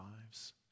lives